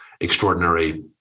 extraordinary